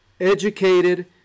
educated